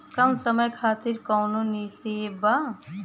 कम समय खातिर कौनो निवेश बा?